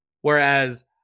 Whereas